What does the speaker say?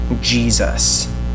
Jesus